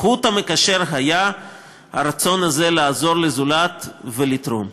החוט המקשר היה הרצון הזה לעזור לזולת ולתרום.